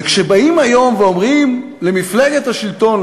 וכשבאים היום ואומרים למפלגת השלטון,